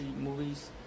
movies